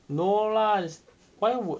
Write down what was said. no lah it's why would